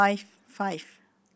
five five